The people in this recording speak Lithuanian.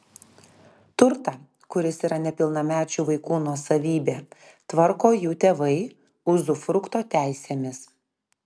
turtą kuris yra nepilnamečių vaikų nuosavybė tvarko jų tėvai uzufrukto teisėmis